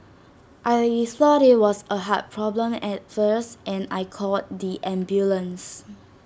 I thought IT was A heart problem at first and I called the ambulance